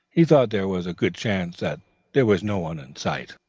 he thought there was a good chance that there was no one in sight.